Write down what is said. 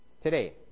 today